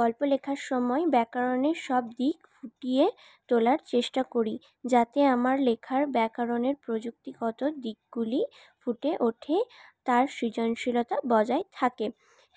গল্প লেখার সময় ব্যাকরণের সব দিক ফুটিয়ে তোলার চেষ্টা করি যাতে আমার লেখার ব্যাকরণের প্রযুক্তিগত দিকগুলি ফুটে ওঠে তার সৃজনশীলতা বজায় থাকে